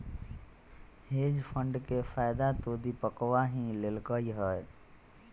hedge fund के फायदा तो दीपकवा ही लेल कई है